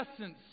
essence